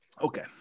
okay